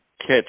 catch